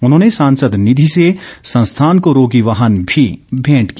उन्होंने सांसद निधी से संस्थान को रोगी वाहन भी भेंट किया